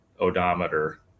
odometer